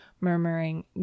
murmuring